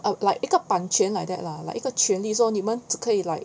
oh like 一个版权 like that lah like 一个权利说你们只可以 like